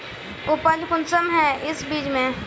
उपज कुंसम है इस बीज में?